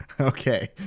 Okay